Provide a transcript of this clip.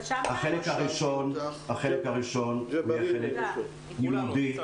החלק הראשון יהיה חלק לימודי